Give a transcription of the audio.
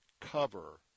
cover